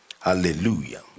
hallelujah